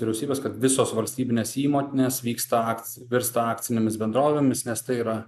vyriausybės kad visos valstybinės įmonės vyksta akcija virsta akcinėmis bendrovėmis nes tai yra